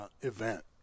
event